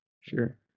Sure